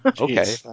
Okay